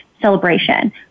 celebration